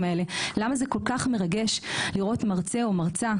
האלו למה זה כל כך מרגש לראות מרצה או מרצה,